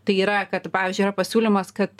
tai yra kad pavyzdžiui yra pasiūlymas kad